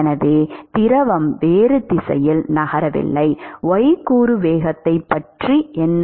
எனவே திரவம் வேறு திசையில் நகரவில்லை y கூறு வேகத்தைப் பற்றி என்ன